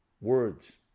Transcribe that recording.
Words